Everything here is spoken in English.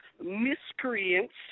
miscreants